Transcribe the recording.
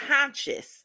conscious